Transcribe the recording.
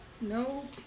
no